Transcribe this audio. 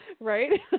Right